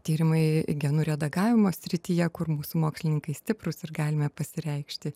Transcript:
tyrimai genų redagavimo srityje kur mūsų mokslininkai stiprūs ir galime pasireikšti